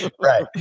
Right